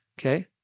Okay